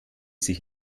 sich